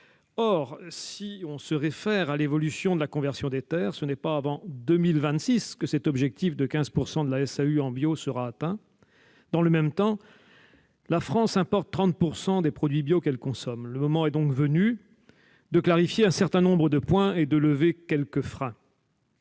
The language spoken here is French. Or, si l'on se réfère à l'évolution de la conversion des terres, ce n'est pas avant 2026 que cet objectif de 15 % de la SAU en bio sera atteint. Dans le même temps, la France importe 30 % des produits bio qu'elle consomme. Le moment est donc venu de clarifier un certain nombre de points et de lever quelques freins.